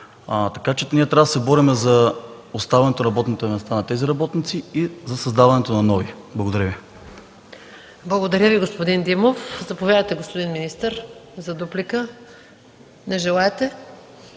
Така че ние трябва да се борим за оставането на работните места на тези работници и за създаването на нови. Благодаря Ви. ПРЕДСЕДАТЕЛ МАЯ МАНОЛОВА: Благодаря Ви, господин Димов. Заповядайте, господин министър, за дуплика. Не желаете.